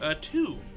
Two